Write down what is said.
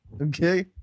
okay